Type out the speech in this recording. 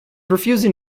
refusing